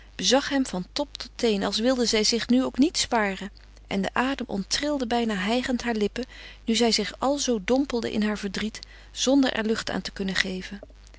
bezag hem van top tot teen als wilde zij zich nu ook niet sparen en de adem onttrilde bijna hijgend haar lippen nu zij zich alzoo dompelde in haar verdriet zonder er lucht aan te kunnen geven